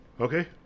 Okay